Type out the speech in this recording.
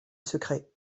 secret